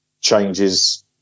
changes